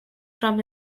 from